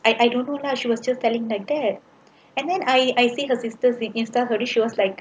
I don't know lah she was just telling like that and then I I think her sister her sister really show like